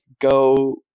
go